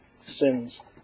sins